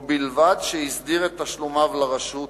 ובלבד שהסדיר את תשלומיו לרשות